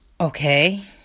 Okay